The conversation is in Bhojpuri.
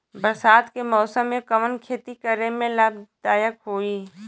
बरसात के मौसम में कवन खेती करे में लाभदायक होयी?